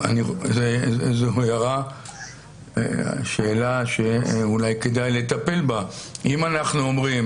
זו שאלה שאולי כדי לטפל בה כי אם אנחנו אומרים